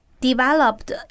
developed